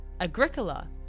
Agricola